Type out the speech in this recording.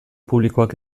publikoak